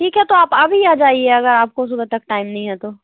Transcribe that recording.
ठीक है तो आप अभी आ जाइए अगर आपको सुबह तक टाइम नहीं है तो